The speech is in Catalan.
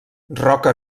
roca